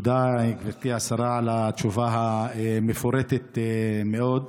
תודה, גברתי השרה, על התשובה המפורטת מאוד.